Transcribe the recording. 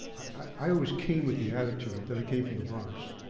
i always came with the attitude that i came from the bronx.